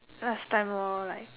last time lor like